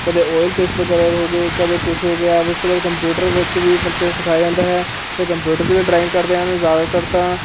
ਕਦੇ oil pastel colour ਹੋ ਗਏ ਕਦੇ ਕੁਛ ਹੋ ਗਿਆ ਉਸ ਤੋਂ ਬਾਅਦ ਕੰਪਿਊਟਰ ਵਿੱਚ ਵੀ ਬੱਚੇ ਨੂੰ ਸਿਖਾਇਆ ਜਾਂਦਾ ਹੈ ਅਤੇ ਕੰਪਿਊਟਰ 'ਤੇ ਵੀ ਡਰਾਇੰਗ ਕਰਦੇ ਹਨ ਜ਼ਿਆਦਾਤਰ ਤਾਂ